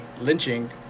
lynching